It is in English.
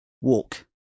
walk